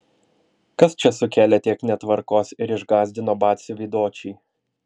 kas čia sukėlė tiek netvarkos ir išgąsdino batsiuvį dočį